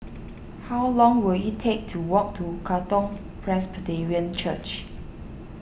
how long will it take to walk to Katong Presbyterian Church